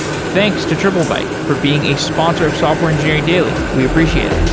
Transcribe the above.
thanks to triplebyte for being a sponsor of software engineering daily. we appreciate